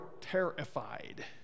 terrified